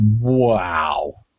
Wow